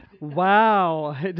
Wow